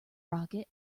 rocket